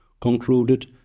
concluded